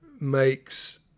makes